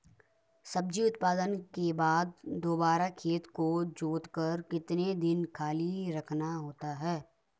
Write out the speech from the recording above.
सब्जी उत्पादन के बाद दोबारा खेत को जोतकर कितने दिन खाली रखना होता है?